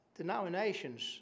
denominations